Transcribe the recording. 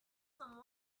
some